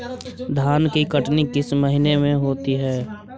धान की कटनी किस महीने में होती है?